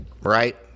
right